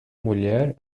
mulher